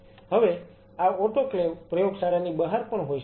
હવે આ ઓટોક્લેવ પ્રયોગશાળાની બહાર પણ હોઈ શકે છે